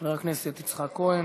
חבר הכנסת יצחק כהן.